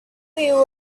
you